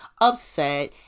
upset